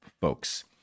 folks